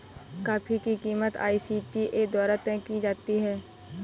coffee की कीमत ICTA द्वारा तय की जाती है